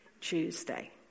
Tuesday